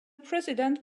president